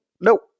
Nope